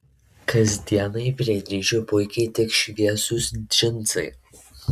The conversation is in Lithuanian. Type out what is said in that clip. kasdienai prie dryžių puikiai tiks šviesūs džinsai